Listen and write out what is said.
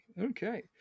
Okay